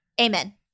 Amen